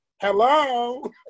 Hello